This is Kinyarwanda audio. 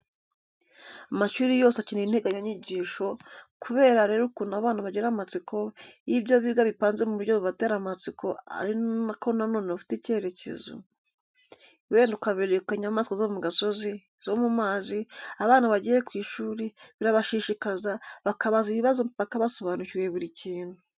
Amashuri yose agenerwa integanyanyigisho, kubera rero ukuntu abana bagira amatsiko, iyo ibyo biga bipanze mu buryo bubatera amatsiko ariko na none bufite icyerekezo, wenda ukabereka inyamaswa zo mu gasozi, izo mu mazi, abana bagiye ku ishuri, birabashishikaza, bakabaza ibibazo mpaka basobanukiwe buri kintu.